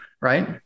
right